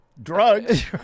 Drugs